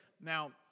Now